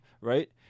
right